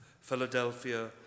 Philadelphia